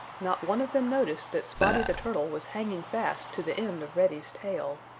not one of them noticed that spotty the turtle was hanging fast to the end of reddy's tail.